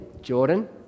Jordan